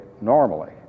normally